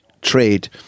trade